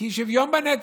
כי שוויון בנטל.